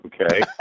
Okay